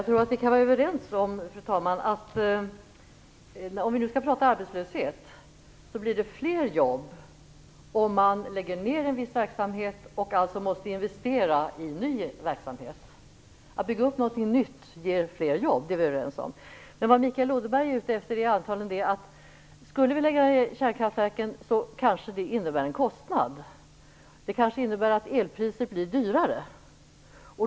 Fru talman! Jag tror att vi kan vara överens om att det blir fler jobb om man lägger ner en viss verksamhet och alltså måste investera i ny verksamhet för att ersätta den nedlagda. Att bygga upp någonting nytt ger fler jobb, det är vi överens om. Vad Mikael Odenberg menar är antagligen att skulle vi lägga ner kärnkraftverken innebär det kanske en kostnad. Det kanske innebär att elen blir dyrare.